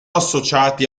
associati